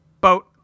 Boat